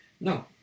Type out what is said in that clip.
No